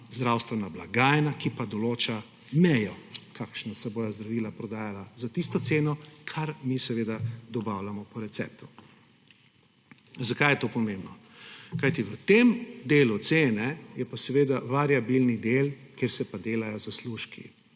zdravstvena blagajna, ki pa določa mejo, kakšna zdravila se bodo prodajala za tisto ceno, kar mi dobavljamo po receptu. Zakaj je to pomembno? Kajti v tem delu cene je pa seveda variabilni del, kjer se pa delajo zaslužki.